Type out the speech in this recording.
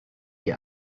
die